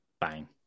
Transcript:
bang